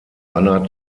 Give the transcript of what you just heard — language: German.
anna